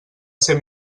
ser